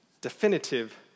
definitive